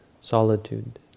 solitude